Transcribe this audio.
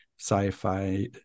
sci-fi